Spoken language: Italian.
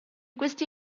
questi